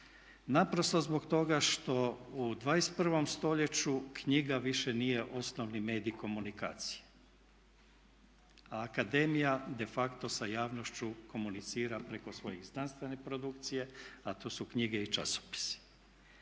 naprosto zbog toga što u 21.stoljeću knjiga više nije osnovni medij komunikacije. A akademija de facto sa javnošću komunicira preko svoje znanstvene produkcije, a to su knjige i časopisi.